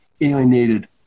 alienated